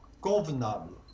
convenable